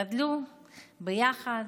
גדלו ביחד,